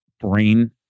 brain